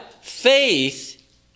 faith